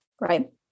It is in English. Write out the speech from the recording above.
right